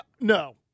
No